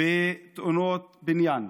ובתאונות בניין,